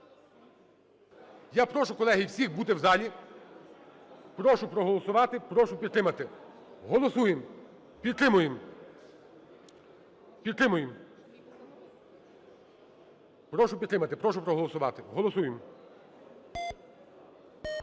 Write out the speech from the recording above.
Я прошу, колеги, всіх бути в залі. Прошу проголосувати, прошу підтримати. Голосуємо. Підтримуємо. Підтримуємо. Прошу підтримати, прошу проголосувати. Голосуємо.